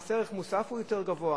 מס ערך מוסף הוא יותר גבוה,